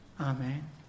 Amen